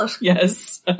Yes